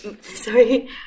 sorry